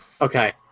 okay